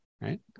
Right